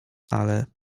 ale